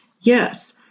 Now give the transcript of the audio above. Yes